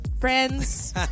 friends